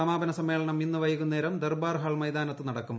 സമാപന സമ്മേളനം ഇന്ന് വൈകുന്നേരം ദർബാർ ഹാൾ മൈതാനത്ത് നടക്കും